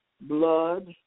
blood